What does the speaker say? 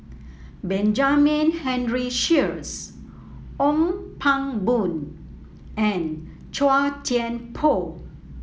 Benjamin Henry Sheares Ong Pang Boon and Chua Thian Poh